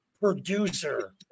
producer